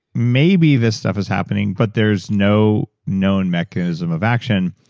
maybe this stuff is happening, but there's no known mechanism of action.